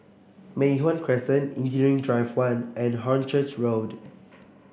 Mei Hwan Crescent Engineering Drive One and Hornchurch Road